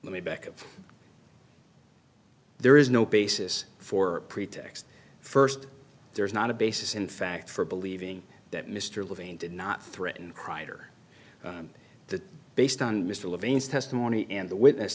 let me back up there is no basis for a pretext first there is not a basis in fact for believing that mr levine did not threaten kreider that based on mr levine's testimony and the witness